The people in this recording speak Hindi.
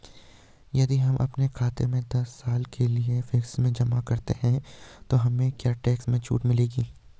यदि हम अपने खाते से दस साल के लिए फिक्स में जमा करते हैं तो हमें क्या टैक्स में छूट मिलेगी?